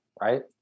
right